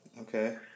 Okay